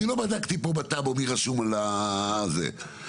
אני לא בדקתי איזה משרד ממשלתי רשום על הנושא הזה בטאבו,